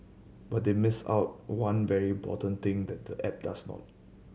but they missed out one very important thing that the app does more